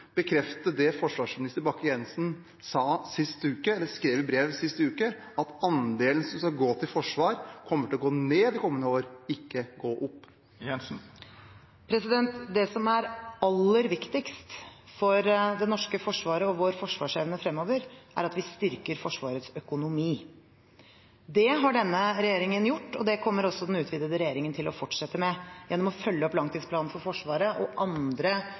bekrefte det forsvarsminister Bakke-Jensen sa – eller skrev i brev – sist uke, at andelen som skal gå til forsvar kommer til å gå ned kommende år, ikke gå opp? Det som er aller viktigst for det norske forsvaret og vår forsvarsevne fremover, er at vi styrker Forsvarets økonomi. Det har denne regjeringen gjort, og det kommer også den utvidete regjeringen til å fortsette med gjennom å følge opp langtidsplanen for Forsvaret og andre